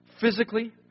physically